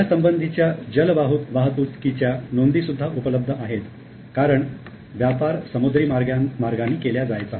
या संबंधीच्या जलवाहतुकीच्या नोंदी सुद्धा उपलब्ध आहे कारण व्यापार समुद्री मार्गाने केल्या जायचा